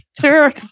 Sure